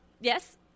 Yes